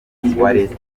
leta